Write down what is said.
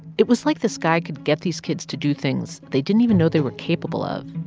it was like this guy could get these kids to do things they didn't even know they were capable of.